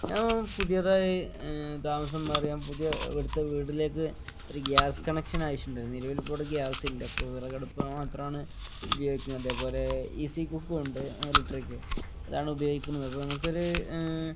ഞാൻ പുതിയതായി താമസം മാറിയ പുതിയ ഇവിടുത്തെ വീട്ടിലേക്ക് ഒരു ഗ്യാസ് കണക്ഷൻ ആവശ്യം ഉണ്ടായിരുന്നു നിലവിൽ ഇപ്പം ഇവിടെ ഗ്യാസില്ല അപ്പം വിറകടുപ്പ് മാത്രമാണ് ഉപയോഗിക്കുന്നത് അതേപോലെ ഇസി കുക്കും ഉണ്ട് എലക്ട്രിക്ക് അതാണ് ഉപയോഗിക്കുന്നത് അപ്പം നമുക്കൊരു